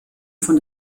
von